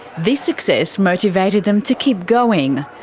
this success motivated them to keep going.